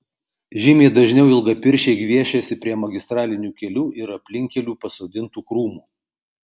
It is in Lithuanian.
žymiai dažniau ilgapirščiai gviešiasi prie magistralinių kelių ir aplinkkelių pasodintų krūmų